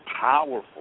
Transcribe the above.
Powerful